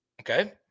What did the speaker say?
Okay